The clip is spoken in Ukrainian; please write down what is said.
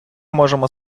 можемо